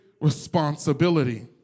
responsibility